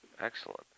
Excellent